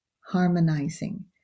harmonizing